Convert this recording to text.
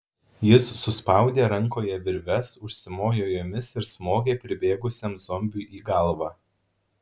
jis suspaudė rankoje virves užsimojo jomis ir smogė pribėgusiam zombiui į galvą